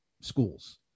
schools